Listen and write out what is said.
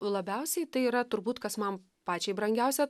labiausiai tai yra turbūt kas man pačiai brangiausia